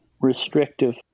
restrictive